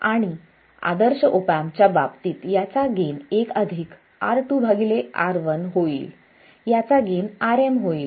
आणि आदर्श ऑप एम्पच्या बाबतीत याचा गेन 1 R2 R1 होईल याचा गेन Rm होईल